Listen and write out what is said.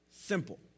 simple